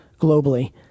globally